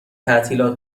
تعطیلات